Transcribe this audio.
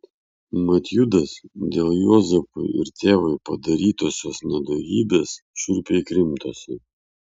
mat judas dėl juozapui ir tėvui padarytosios nedorybės šiurpiai krimtosi